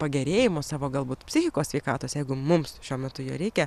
pagerėjimo savo galbūt psichikos sveikatos jeigu mums šiuo metu jo reikia